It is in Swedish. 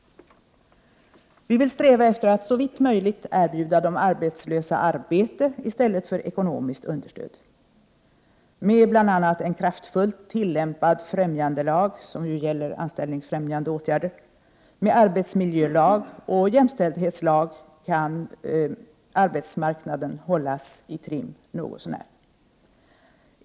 Vi vill sträva efter att så vitt möjligt erbjuda de arbetslösa arbete i stället för ekonomiskt understöd. Med bl.a. en kraftfullt tillämpad främjandelag — som ju gäller anställningsfrämjande åtgärder — med arbetsmiljölag och jämställdhetslag kan arbetsmarknaden hållas i trim något så när.